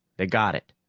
they got it.